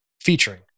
featuring